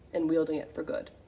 and wielding it for good.